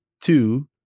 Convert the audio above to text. two